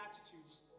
attitudes